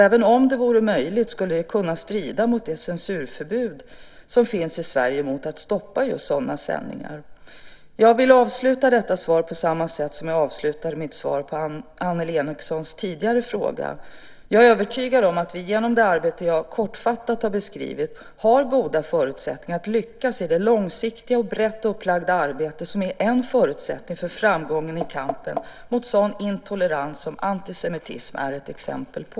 Även om det vore möjligt skulle det kunna strida mot det censurförbud som finns i Sverige mot att stoppa just sådana sändningar. Jag vill avsluta detta svar på samma sätt som jag avslutade mitt svar på Annelie Enochsons tidigare fråga: Jag är övertygad om att vi genom det arbete som jag kortfattat har beskrivit har goda förutsättningar att lyckas i det långsiktiga och brett upplagda arbete som är en förutsättning för framgången i kampen mot sådan intolerans som antisemitism är ett exempel på.